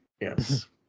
Yes